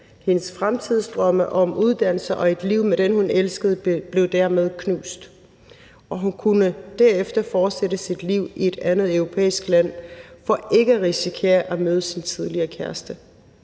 Hendes fremtidsdrømme om uddannelse og et liv med den, hun elskede, blev dermed knust, og hun kunne derefter fortsætte sit liv i et andet europæisk land for ikke at risikere at møde sin tidligere kæreste.